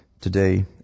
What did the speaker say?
today